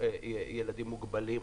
ילדים מוגבלים,